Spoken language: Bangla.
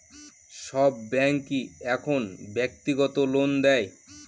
সব ব্যাঙ্কই এখন ব্যক্তিগত লোন দেয়